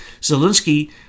Zelensky